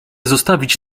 zostawiać